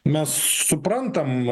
mes suprantam